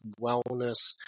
wellness